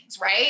right